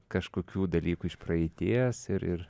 kažkokių dalykų iš praeities ir ir